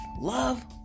love